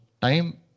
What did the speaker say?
time